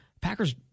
Packers